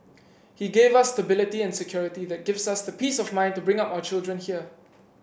he gave us stability and security that gives us the peace of mind to bring up our children here